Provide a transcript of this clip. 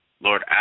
Lord